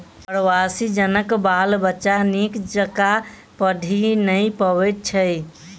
प्रवासी जनक बाल बच्चा नीक जकाँ पढ़ि नै पबैत छै